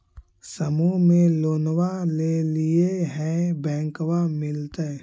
समुह मे लोनवा लेलिऐ है बैंकवा मिलतै?